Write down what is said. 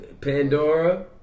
Pandora